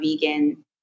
vegan